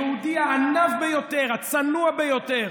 היהודי הענו ביותר, הצנוע ביותר,